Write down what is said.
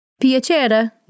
Piacere